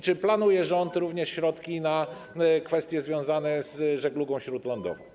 Czy rząd planuje również środki na kwestie związane z żeglugą śródlądową?